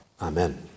Amen